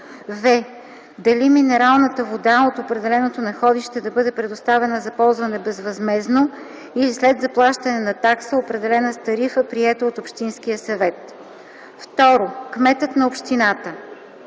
в) дали минералната вода от определено находище да бъде предоставена за ползване безвъзмездно, или след заплащане на такса, определена с тарифа, приета от общинския съвет. 2. кметът на общината: